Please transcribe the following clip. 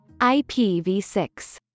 IPv6